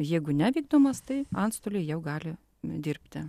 jeigu nevykdomas tai antstoliai jau gali dirbti